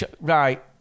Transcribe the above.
Right